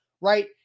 right